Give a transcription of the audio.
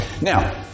Now